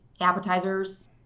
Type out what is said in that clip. appetizers